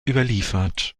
überliefert